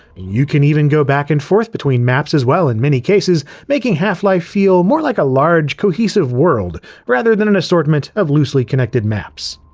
you can even go back and forth between maps as well in many cases, making half-life feel more like a large cohesive world rather than an assortment of loosely-connected maps.